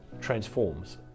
transforms